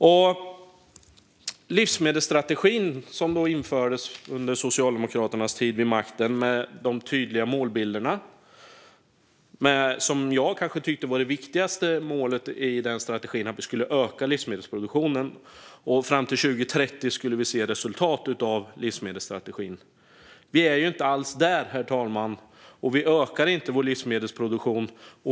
Under Socialdemokraternas tid vid makten infördes livsmedelsstrategin med dess tydliga målbilder och det som jag nog tyckte var det viktigaste målet i den strategin - att vi skulle öka livsmedelsproduktionen. Fram till 2030 skulle vi se resultat av strategin. Men vi är ju inte alls där, herr talman! Och vi ökar inte vår livsmedelsproduktion.